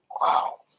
Wow